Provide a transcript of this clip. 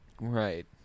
Right